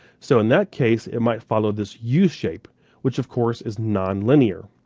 so in that case, it might follow this u shape which of course, is non-linear.